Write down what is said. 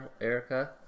Erica